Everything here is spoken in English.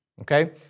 Okay